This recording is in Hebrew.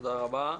תודה רבה.